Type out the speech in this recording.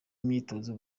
imyitozo